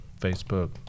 Facebook